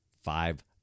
five